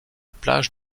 plage